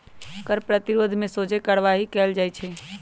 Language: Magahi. कर प्रतिरोध में सोझे कार्यवाही कएल जाइ छइ